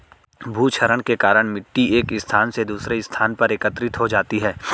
भूक्षरण के कारण मिटटी एक स्थान से दूसरे स्थान पर एकत्रित हो जाती है